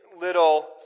little